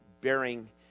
bearing